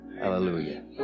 Hallelujah